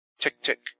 Tick-tick